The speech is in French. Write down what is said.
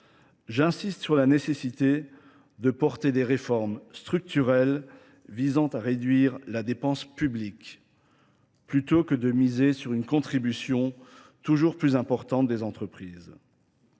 J'insiste sur la nécessité de porter des réformes structurelles visant à réduire la dépense publique, plutôt que de miser sur une contribution toujours plus importante des entreprises.